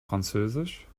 französisch